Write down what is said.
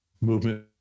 movement